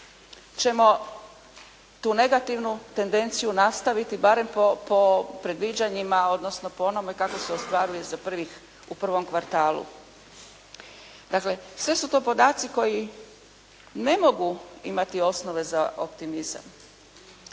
ćemo tu negativnu tendenciju nastaviti barem po predviđanjima odnosno po onome kako se ostvaruje za prvih, u prvom kvartalu. Dakle sve su to podaci koji ne mogu imati osnove za optimizam.